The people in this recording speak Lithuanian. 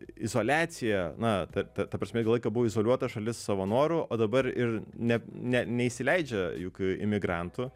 izoliaciją na ta ta ta prasme ilgą laiką buvo izoliuota šalis savo noru o dabar ir ne ne neįsileidžia juk imigrantų